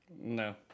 No